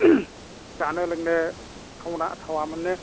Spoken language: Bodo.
जानो लोंनो थावा मोनो